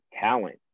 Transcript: talent